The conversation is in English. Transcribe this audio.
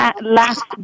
last